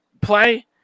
play